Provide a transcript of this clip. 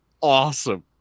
awesome